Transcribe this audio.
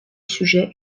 sujet